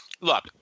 look